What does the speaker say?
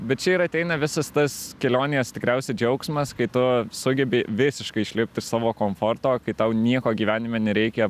bet čia ir ateina visas tas kelionės tikriausiai džiaugsmas kai tu sugebi visiškai išlipt iš savo komforto kai tau nieko gyvenime nereikia